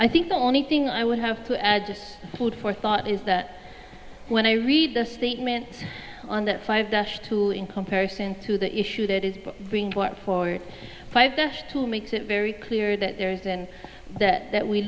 i think the only thing i would have to add food for thought is that when i read the statement on that five dash through in comparison to the issue that is being bought for five who makes it very clear that there isn't that that we